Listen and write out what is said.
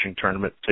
tournament